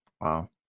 Wow